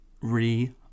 Re